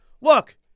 look